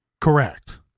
Correct